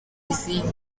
izindi